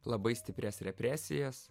labai stiprias represijas